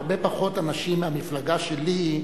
הרבה פחות אנשים מהמפלגה שלי,